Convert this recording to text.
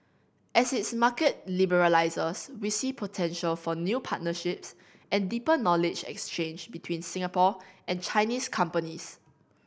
as its market liberalises we see potential for new partnerships and deeper knowledge exchange between Singapore and Chinese companies